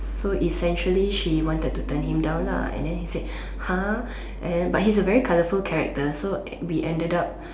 so essentially she wanted to turn him down lah and then he said lah and then but he's a very colorful character so we ended up